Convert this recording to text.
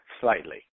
slightly